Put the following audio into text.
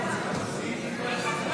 מושכים?